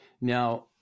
now